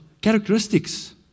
characteristics